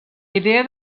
idea